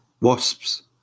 wasps